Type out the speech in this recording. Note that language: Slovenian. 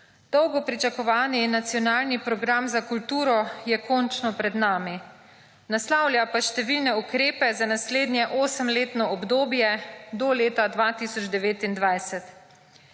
Dolgo pričakovani nacionalni program za kulturo je končno pred nami, naslavlja pa številne ukrepe za naslednje osemletno obdobje do leta 2029.